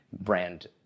brand